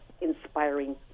inspiring